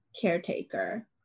caretaker